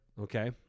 Okay